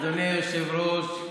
אדוני היושב-ראש,